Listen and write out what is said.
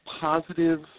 positive